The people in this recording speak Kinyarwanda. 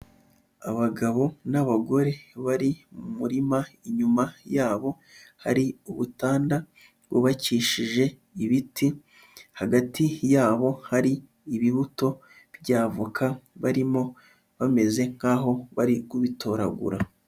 Abagabo n'abagore bari mu murima, inyuma yabo hari ubutanda bwubakishije ibiti, hagati yabo hari ibibuto by'avoka barimo bameze nkaho bari kubitoragura.